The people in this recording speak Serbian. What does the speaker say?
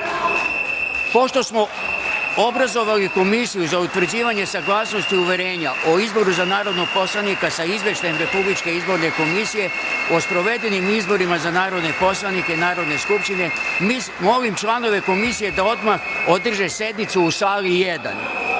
180.Pošto smo obrazovali Komisiju za utvrđivanje saglasnosti uverenja o izboru za narodnog poslanika sa Izveštajem Republičke izborne komisije o sprovedenim izborima za narodne poslanike Narodne skupštine, molim članove Komisije da odmah održe sednicu u sali